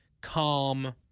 calm